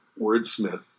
wordsmith